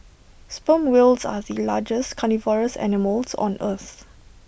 sperm whales are the largest carnivorous animals on earth